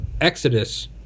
Exodus